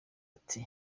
ati